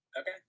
Okay